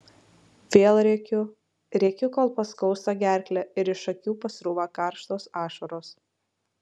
vėl rėkiu rėkiu kol paskausta gerklę ir iš akių pasrūva karštos ašaros